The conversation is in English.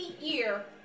year